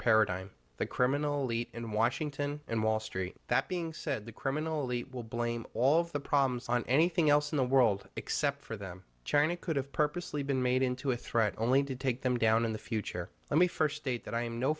paradigm the criminal eat in washington and wall street that being said the criminally will blame all of the problems on anything else in the world except for them china could have purposely been made into a threat only to take them down in the future let me first state that i am no